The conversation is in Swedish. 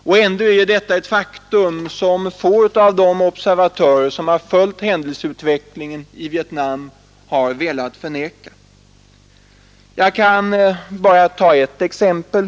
Och ändå är detta ett faktum som få av de observatörer som har följt händelseutvecklingen i Vietnam har velat förneka. Jag skall bara ta ett exempel.